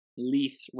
Leith